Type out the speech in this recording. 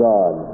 God